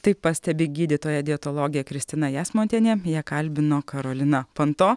tai pastebi gydytoja dietologė kristina jasmontienė ją kalbino karolina panto